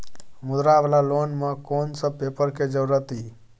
मुद्रा वाला लोन म कोन सब पेपर के जरूरत इ?